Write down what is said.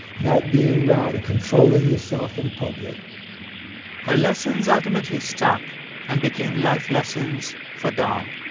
not being rowdy, controlling yourself in public her lessons ultimately stuck and became life lessons for don.